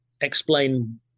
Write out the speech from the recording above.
explain